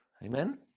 Amen